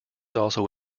also